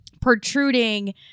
protruding